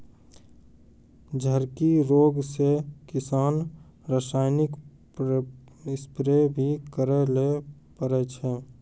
झड़की रोग से किसान रासायनिक स्प्रेय भी करै ले पड़ै छै